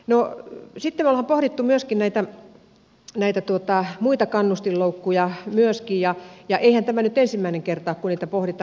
sitten me olemme pohtineet näitä muita kannustinloukkuja myöskin ja eihän tämä nyt ole ensimmäinen kerta kun niitä pohditaan